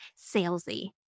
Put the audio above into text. salesy